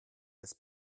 des